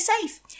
safe